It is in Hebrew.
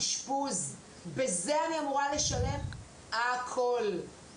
שבה אנחנו צריכים בסופו של דבר לתת טיפול ראוי והולם